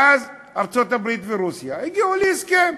ואז ארצות-הברית ורוסיה הגיעו להסכם,